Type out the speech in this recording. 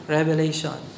Revelation